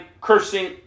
cursing